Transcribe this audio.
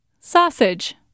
Sausage